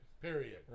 Period